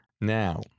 Now